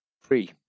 free